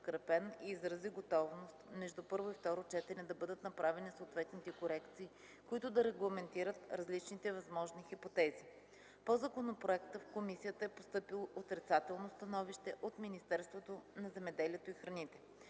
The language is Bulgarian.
и изрази готовност между първо и второ четене да бъдат направени съответните корекции, които да регламентират различните възможни хипотези. По законопроекта в комисията е постъпило отрицателно становище от Министерството на земеделието и храните.